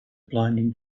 blinding